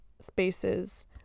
spaces